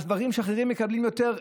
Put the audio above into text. על דברים שאחרים מקבלים יותר,